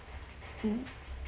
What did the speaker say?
mm